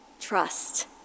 Trust